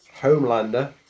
Homelander